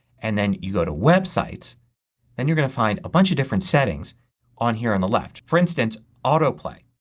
and then you go to websites then you're going to find a bunch of different settings on here on the left. for instance, auto play.